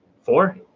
four